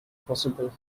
possible